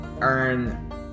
earn